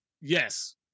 Yes